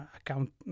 account